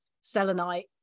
selenite